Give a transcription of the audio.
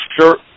sure